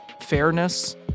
fairness